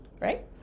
right